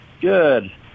Good